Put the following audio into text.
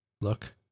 look